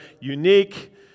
unique